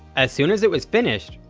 as soon as it was finished,